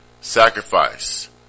sacrifice